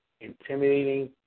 intimidating